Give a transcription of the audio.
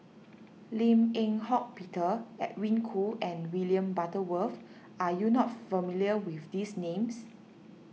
Lim Eng Hock Peter Edwin Koo and William Butterworth are you not familiar with these names